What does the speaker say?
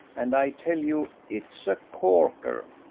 and i tell you it's a corker.